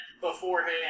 beforehand